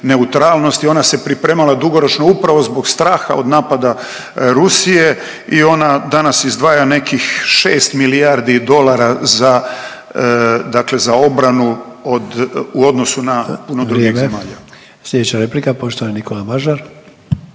neutralnosti. Ona se pripremala dugoročno upravo zbog straha od napada Rusije i ona danas izdvaja nekih 6 milijardi dolara za, dakle za obranu od, u odnosu na puno drugih …/Upadica: Vrijeme./… zemalja. **Sanader,